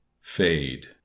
Fade